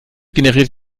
generiert